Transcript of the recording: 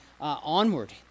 onward